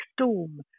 storm